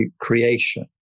creation